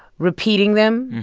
repeating them,